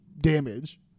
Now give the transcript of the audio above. damage